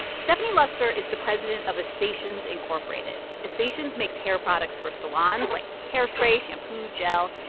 stephanie luster is the president of essations incorporated. essations makes hair products for salons like hair spray, shampoo, gel.